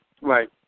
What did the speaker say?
Right